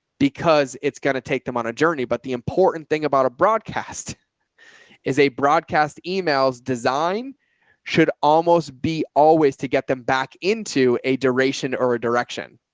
because it's going to take them on a journey. but the important thing about a broadcast is a broadcast emails. design should almost be always to get them back into a duration or a direction.